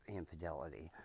infidelity